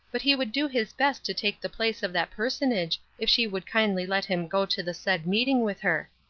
but he would do his best to take the place of that personage if she would kindly let him go to the said meeting with her.